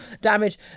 damage